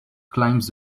climbs